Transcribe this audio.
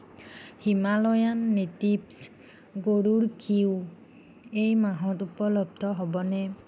Himalayan নেটিভ্ছ গৰুৰ ঘিউ এই মাহত উপলব্ধ হ'বনে